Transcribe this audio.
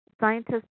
scientists